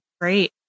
Great